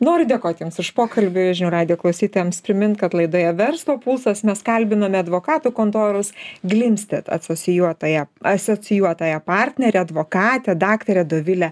noriu dėkot jums už pokalbį žinių radijo klausytojams primint kad laidoje verslo pulsas mes kalbinome advokatų kontoros glimsted acosijuotąją asocijuotąja partnerę advokatę daktarę dovilę